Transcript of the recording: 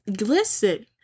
Listen